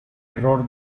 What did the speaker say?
error